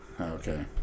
Okay